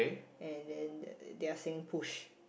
and then they they are saying push